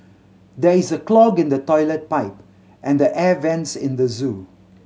there is a clog in the toilet pipe and the air vents in the zoo